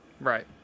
Right